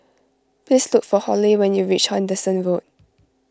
please look for Halle when you reach Henderson Road